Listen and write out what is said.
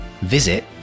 visit